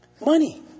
Money